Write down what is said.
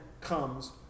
comes